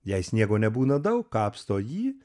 jei sniego nebūna daug kapsto jį